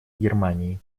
германии